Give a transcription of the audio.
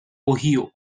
ohio